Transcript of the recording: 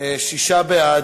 שישה בעד,